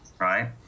right